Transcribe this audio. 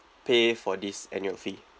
pay for this annual fee